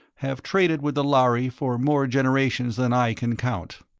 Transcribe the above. have traded with the lhari for more generations than i can count.